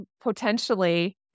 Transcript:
potentially